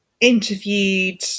interviewed